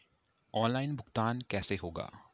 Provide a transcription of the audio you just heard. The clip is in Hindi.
ऑनलाइन भुगतान कैसे होगा?